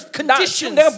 conditions